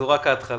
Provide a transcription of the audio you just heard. זאת רק ההתחלה.